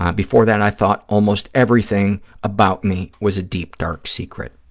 um before that, i thought almost everything about me was a deep, dark secret.